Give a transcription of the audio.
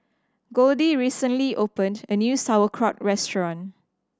Goldie recently opened a new Sauerkraut Restaurant